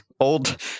Old